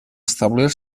establir